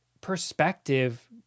Perspective